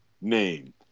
name